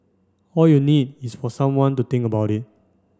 all you need is for someone to think about it